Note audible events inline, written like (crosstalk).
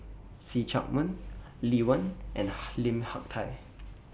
See Chak Mun Lee Wen and (unintelligible) Lim Hak Tai